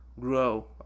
grow